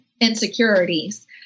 insecurities